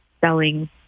selling